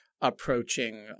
approaching